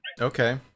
okay